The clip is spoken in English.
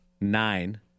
Nine